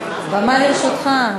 הבמה לרשותך.